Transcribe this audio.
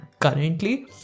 currently